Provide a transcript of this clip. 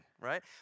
right